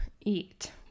eat